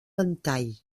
ventall